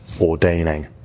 ordaining